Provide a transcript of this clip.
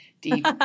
deep